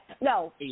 no